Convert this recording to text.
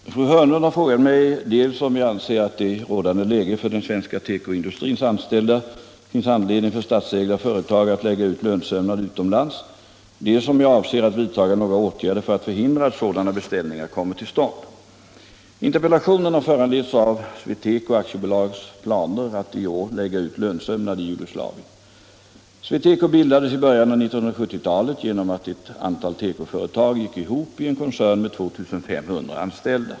Herr talman! Fru Hörnlund har frågat mig dels om jag anser att det i rådande läge för den svenska tekoindustrins anställda finns anledning för statsägda företag att lägga ut lönsömnad utomlands, dels om jag avser att vidtaga några åtgärder för att förhindra att sådana beställningar kommer till stånd. Interpellationen har föranletts av SweTeco AB:s planer att i år lägga ut lönsömnad i Jugoslavien. SweTeco bildades i början av 1970-talet genom att ett antal tekoföretag gick ihop i en koncern med 2 500 anställda.